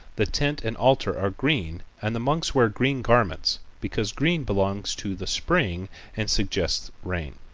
the tent and altar are green and the monks wear green garments, because green belongs to the spring and suggests rain.